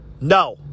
No